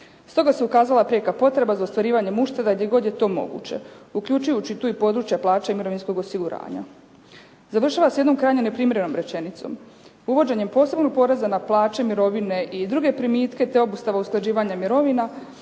Stoga se ukazala prijeka potreba za ostvarivanjem ušteda gdje god je to moguće, uključujući tu i područje plaća i mirovinskog osiguranja. Završava s jednom krajnje neprimjerenom rečenicom: "Uvođenjem posebnog poreza na plaće, mirovine i druge primitke te obustava usklađivanja mirovina